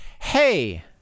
hey